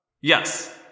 Yes